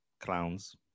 clowns